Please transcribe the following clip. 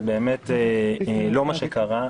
זה באמת לא מה שקרה.